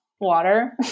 water